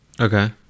Okay